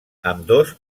ambdós